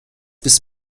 bis